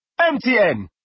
MTN